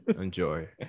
Enjoy